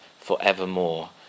forevermore